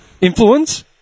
Influence